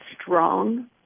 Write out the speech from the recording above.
strong